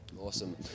Awesome